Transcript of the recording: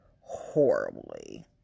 horribly